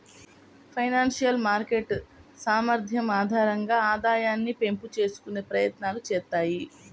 financial market సామర్థ్యం ఆధారంగా ఆదాయాన్ని పెంపు చేసుకునే ప్రయత్నాలు చేత్తాయి